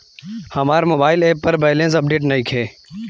हमार mobile app पर balance update नइखे